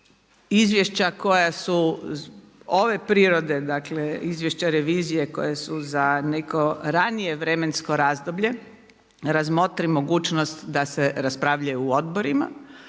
izvješća koja su ove prirode, dakle revizije koje su za neko ranije vremensko razdoblje, razmotri mogućnost da se raspravljaju u odborima,